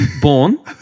born